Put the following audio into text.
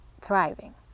thriving